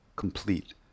complete